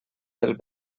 pel